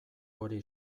hori